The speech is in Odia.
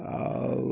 ଆଉ